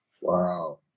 Wow